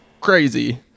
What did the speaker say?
crazy